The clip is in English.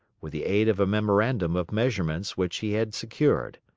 with the aid of a memorandum of measurements which he had secured.